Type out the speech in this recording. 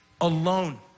alone